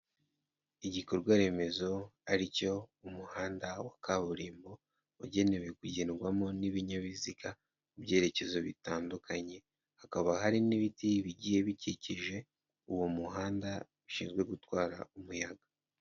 Igikorwaremezo ari cyo umuhanda wa kaburimbo ugenewe kugendwamo n'ibinyabiziga mu byerekezo bitandukanye, hakaba hari n'ibiti bigiye bikikije uwo muhanda bishinzwe gutwara umuyaga.